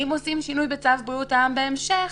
אם עושים שינוי בצו בריאות העם בהמשך,